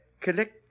collect